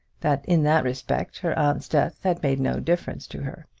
that in that respect her aunt's death had made no difference to her.